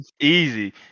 Easy